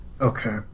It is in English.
Okay